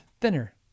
thinner